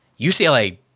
UCLA